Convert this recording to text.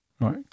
Right